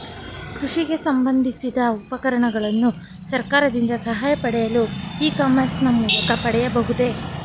ಕೃಷಿ ಸಂಬಂದಿಸಿದ ಉಪಕರಣಗಳನ್ನು ಸರ್ಕಾರದಿಂದ ಸಹಾಯ ಪಡೆಯಲು ಇ ಕಾಮರ್ಸ್ ನ ಮೂಲಕ ಪಡೆಯಬಹುದೇ?